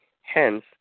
Hence